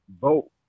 vote